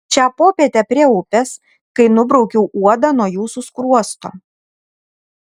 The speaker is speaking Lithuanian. šią popietę prie upės kai nubraukiau uodą nuo jūsų skruosto